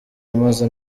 wamaze